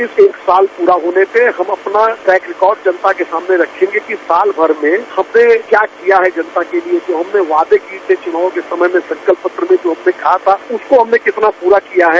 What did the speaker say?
इस एक साल पूरा होने पे हम अपना ट्रैक रिकॉर्ड जनता के सामने रखेंगे कि साल भर में हमने क्या किया है जनता के लिए जो हमने वादे किये थे चुनाव के समय में संकल्प पत्र में जो हमने कहा था उसको हमने कितना पूरा किया है